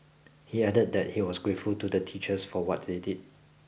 he added that he was grateful to the teachers for what they did